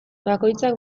bakoitzak